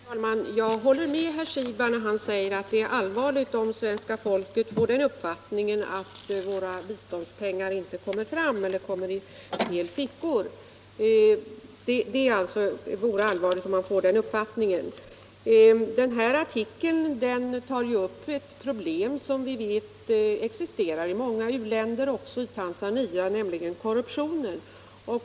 Herr talman! Jag håller med herr Siegbahn när han säger att det vore allvarligt om svenska folket får den uppfattningen att våra biståndspengar inte kommer fram eller kommer i fel fickor. Artikeln tar upp ett problem som vi vet existerar i många u-länder, också i Tanzania, nämligen korruptionen.